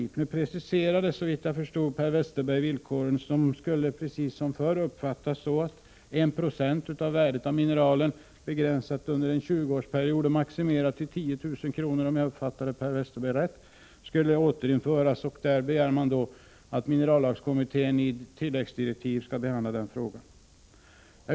Men nu preciserade Per Westerberg villkoren. De skall precis som förr uppfattas så, om jag fattade honom rätt, att en ersättning med 1 96 av värdet av mineralen begränsad under en 20-årsperiod och maximerad till 10 000 kr. skall återinföras. Man begär att regeringen i tilläggsdirektiv skall uppdra åt minerallagstiftningskommittén att behandla denna fråga.